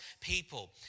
people